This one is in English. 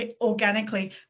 organically